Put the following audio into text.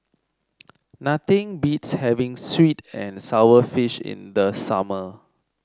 nothing beats having sweet and sour fish in the summer